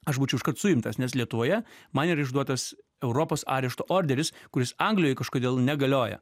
aš būčiau iškart suimtas nes lietuvoje man yra išduotas europos arešto orderis kuris anglijoj kažkodėl negalioja